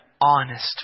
honest